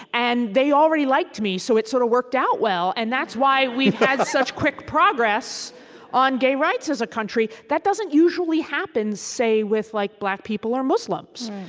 and they already liked me, so it sort of worked out well, and that's why we had such quick progress on gay rights as a country. that doesn't usually happen, say, with like black people or muslims.